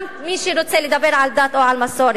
גם, מי שרוצה לדבר על דת או על מסורת.